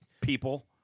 people